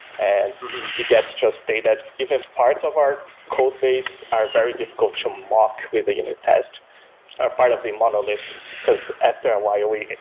and it gets just data, even parts of our code base are very difficult to mock with a unit test part of the monolith because after um while we,